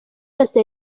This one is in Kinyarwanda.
yose